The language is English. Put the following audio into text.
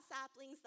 saplings